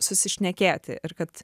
susišnekėti ir kad